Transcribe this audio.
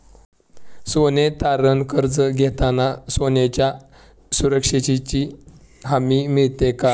सोने तारण कर्ज घेताना सोन्याच्या सुरक्षेची हमी मिळते का?